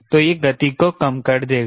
तो यह गति को कम कर देगा